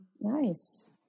Nice